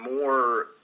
more